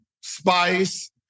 spice